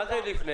מה זה לפני?